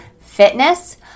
fitness